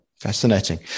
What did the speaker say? fascinating